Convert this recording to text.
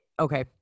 Okay